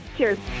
Cheers